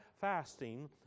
fasting